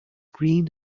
green